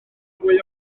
mwy